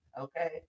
okay